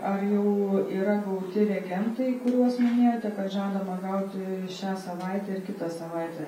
ar jau yra gauti reagentai kuriuos minėjote kad žadama gauti šią savaitę ir kitą savaitę